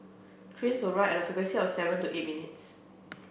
trains will run at a frequency of seven to eight minutes